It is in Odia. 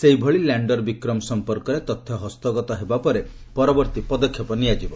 ସେହିଭଳି ଲ୍ୟାଣ୍ଡର ବିକ୍ରମ ସଂପର୍କରେ ତଥ୍ୟ ହସ୍ତଗତ ହେବା ପରେ ପରବର୍ତ୍ତୀ ପଦକ୍ଷେପ ନିଆଯିବ